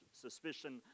suspicion